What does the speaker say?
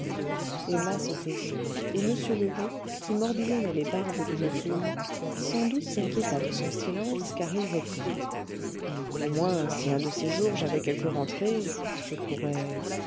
emma se taisait et m lheureux qui mordillonnait les barbes d'une plume sans doute s'inquiéta de son silence car il reprit au moins si un de ces jours j'avais quelques rentrées je pourrais